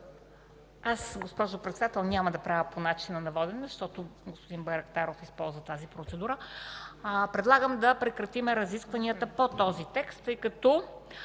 Госпожо Председател, аз няма да правя процедура по начина на водене, защото господин Байрактаров използва тази процедура. Предлагам да прекратим разискванията по този текст, тъй като